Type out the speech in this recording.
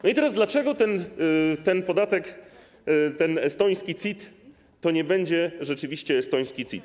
I teraz dlaczego ten podatek, ten estoński CIT to nie będzie rzeczywiście estoński CIT?